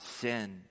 sin